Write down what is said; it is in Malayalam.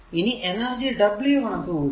ഇനി എനർജി w കണക്കു കൂട്ടുക